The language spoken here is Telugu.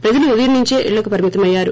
ప్రజలు ఉదయం నుంచే ఇళ్ళకు పరిమితమయ్యారు